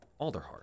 Alderheart